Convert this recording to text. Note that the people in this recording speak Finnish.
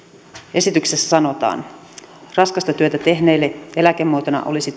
esityksessä sanotaan raskasta työtä tehneille eläkemuotona olisi